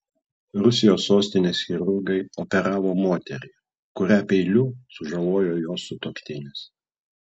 rusijos sostinės chirurgai operavo moterį kurią peiliu sužalojo jos sutuoktinis